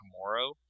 tomorrow